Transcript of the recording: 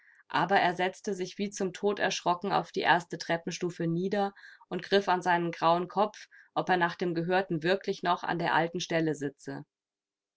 aber er setzte sich wie zum tod erschrocken auf die erste treppenstufe nieder und griff an seinen grauen kopf ob er nach dem gehörten wirklich noch an der alten stelle sitze